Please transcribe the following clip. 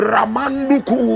Ramanduku